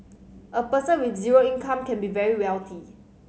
a person with zero income can be very wealthy